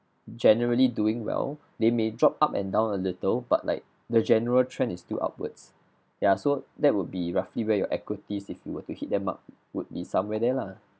generally doing well they may drop up and down a little but like the general trend is still upwards ya so that would be roughly where your equities if you were to hit them up would be somewhere there lah